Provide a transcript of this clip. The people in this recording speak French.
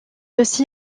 aussi